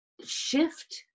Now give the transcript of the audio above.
shift